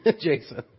Jason